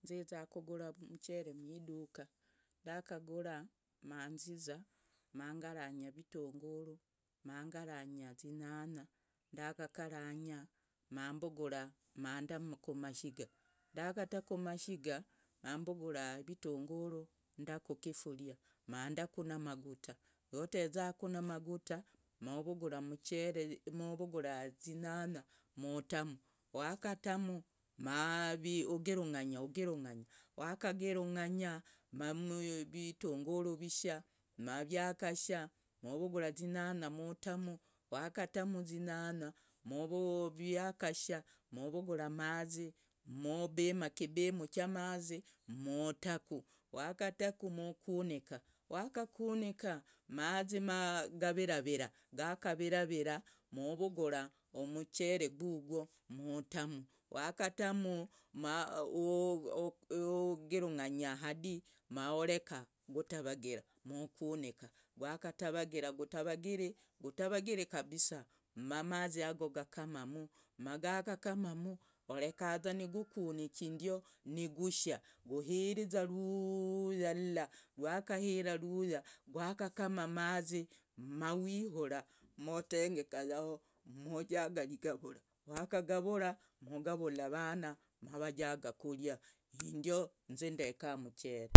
Nziza kugura umuchere mwiduka. ndakagura manziza mangaranga ivitunguru. mangaranga zinyanya. ndakakaranga mambugura manda kumashiga. ndakata kumashiga mambugura ivitunguru nda kukifuria mandaku namaguta. rwotezaku namaguta, nuvugura umuchere. muvugura zinyanya mutamu wakatamu ugirunganya. wakagirunganya mavitunguru vishaa mavyakasha muvugura zinyanya mutamu, wakatamu zinyanya vyakasha, muvugura amaze mubima kibimu cha amaze mutaku. wakataku mukunika. wakakunika amaze magaverevere. gaka viravira muvugura umuchere gogwo mutamu wakatamu. mahugirunganye hadi. mahoreke gutavagire mukunika. gwakatavagira gutavagire kabisa mamaze yago gakakamamu orekeza nogukunikindio nigusha. gushiza uruuya lyila gwakayishira uruya. gwakakama amaze. muwihura muhitengeka yao mujaga irigavura. wakagavura. mugavule avana mavajaga irirya. ndio inze ndeka umuchere.